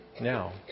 now